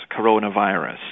coronavirus